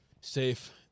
Safe